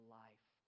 life